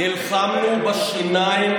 הוא אמר את זה לכולנו.